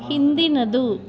ಹಿಂದಿನದು